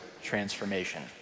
transformation